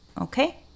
Okay